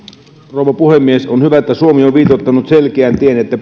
rouva puhemies on hyvä että suomi on viitoittanut selkeän tien että